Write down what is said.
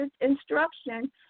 instruction